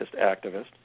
activist